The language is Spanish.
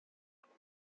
grupo